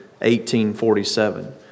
1847